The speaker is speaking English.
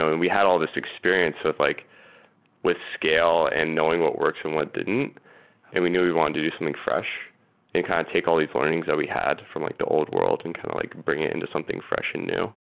and and we had all these experience with like with scale and knowing what works and what didn't and we knew we wanted to do something fresh and kind of take all these learnings that we had from like the old world and kind of like bringing it into something fresh and new.